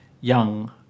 young